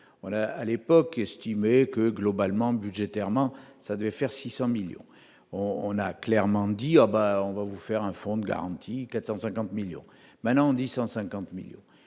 on a à l'époque estimé que globalement budgétairement ça devait faire 600 millions on a clairement dit : oh, bah on va vous faire un fonds de garantie 450 millions maintenant dit 150 millions